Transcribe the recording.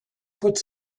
puts